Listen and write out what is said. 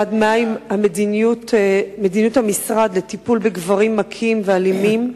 1. מה היא מדיניות המשרד בטיפול בגברים מכים ואלימים?